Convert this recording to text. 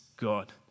God